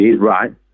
right